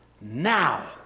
Now